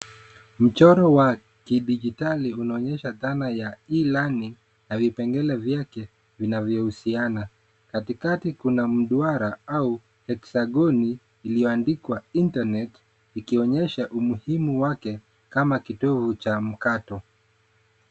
Mchoro wa kidigitali unaonyesha dhana ya E-Learning na vipengele vyake vinavyohusiana. Katikati kuna mduara au hexagoni iliyoandikwa internet ikionyesha umuhimu wake kama kitovu cha mkato.